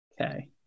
Okay